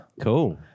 cool